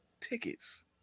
tickets